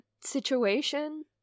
situation